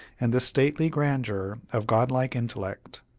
and the stately grandeur of godlike intellect.